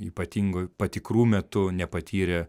ypatingoj patikrų metu nepatyrę